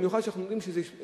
במיוחד כשאנחנו יודעים שאלה